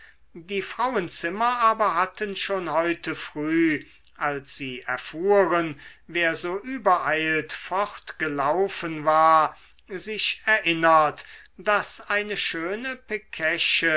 die frauenzimmer aber hatten schon heute früh als sie erfuhren wer so übereilt fortgelaufen war sich erinnert daß eine schöne